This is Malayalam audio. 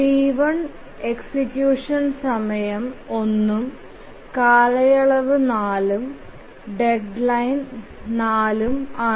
T1 എക്സിക്യൂഷൻ സമയം 1 ഉം കാലയളവ് 4 ഉം ഡെഡ്ലൈൻ 4 ഉം ആണ്